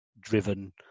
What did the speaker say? driven